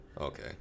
Okay